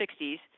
60s